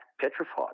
petrified